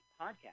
podcast